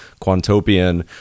Quantopian